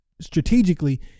strategically